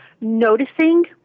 noticing